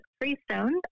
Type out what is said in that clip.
Freestone